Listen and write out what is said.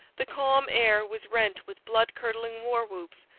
the calm air was rent with blood-curdling war-whoops,